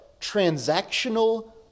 transactional